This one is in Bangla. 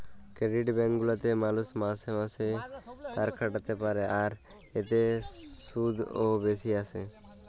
ক্রেডিট ব্যাঙ্ক গুলাতে মালুষ মাসে মাসে তাকাখাটাতে পারে, আর এতে শুধ ও বেশি আসে